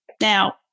Now